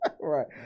Right